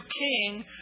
king